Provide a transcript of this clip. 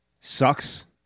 sucks